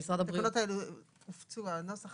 הנוסח